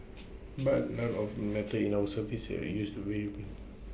but none of that matters if our services are used in ways bring